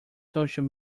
social